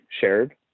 shared